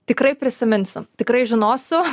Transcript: tikrai prisiminsiu tikrai žinosiu